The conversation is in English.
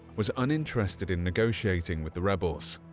was uninterested in negotiating with the rebels.